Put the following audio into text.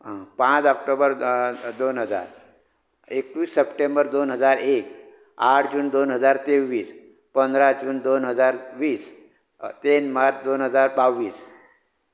पांच ऑक्टोबर दोन हजार एकवीस सप्टेंबर दोन हजार एक आठ जून दोन हजार तेवीस पंदरा जून दोन हजार वीस तीन मार्च दोन हजार बावीस